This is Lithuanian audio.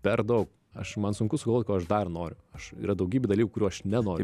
per daug aš man sunku sugalvot ko aš dar noriu aš yra daugybė dalykų kurių aš nenoriu